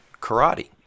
karate